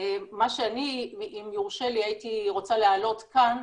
אם יורשה לי, מה שהייתי רוצה להעלות כאן,